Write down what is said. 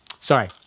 Sorry